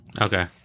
Okay